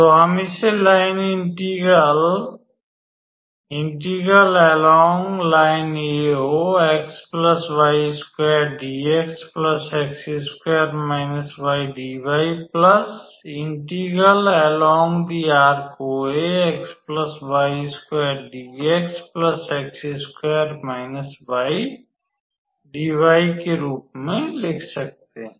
तो हम इसे लाइन इंटीग्रल के रूप में लिख सकते हैं